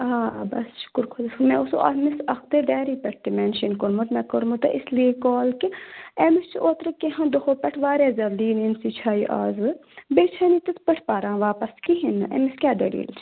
آ آ بَس شُکُر خۄدا صٲب مےٚ اوسُو اَتھ منٛز اَکھ تۄہہِ ڈایری پٮ۪ٹھ تہِ مٮ۪نشَن کوٚرمُت مےٚ کوٚرمُت اِسلیے کال کہِ أمِس چھُ اوترٕ کینٛہو دۄہو پٮ۪ٹھ واریاہ زیادٕ لِینِیَنسی چھا یہِ آز وٕ بیٚیہِ چھَنہٕ یہِ تِتھ پٲٹھۍ پَران واپَس کِہیٖنۍ نہٕ أمِس کیٛاہ دٔلیل چھُ